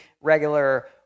regular